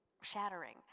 shattering